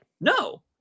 No